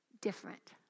different